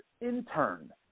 intern